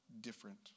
different